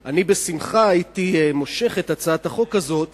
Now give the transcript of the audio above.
שבשמחה הייתי מושך את הצעת החוק הזאת